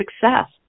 success